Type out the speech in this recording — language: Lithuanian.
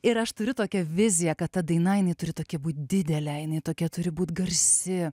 ir aš turiu tokią viziją kad ta daina jinai turi tokį didelė jinai tokia turi būt garsi